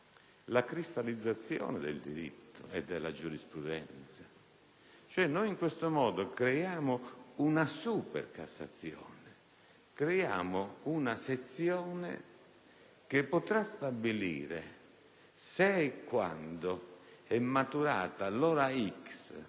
la cristallizzazione del diritto e della giurisprudenza. In tal modo, quindi, creiamo una supercassazione: creiamo una sezione che potrà stabilire se e quando è maturata l'ora x